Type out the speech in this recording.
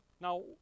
Now